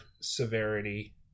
severity